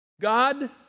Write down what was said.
God